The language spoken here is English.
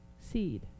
seed